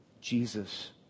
Jesus